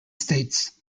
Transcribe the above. states